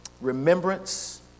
remembrance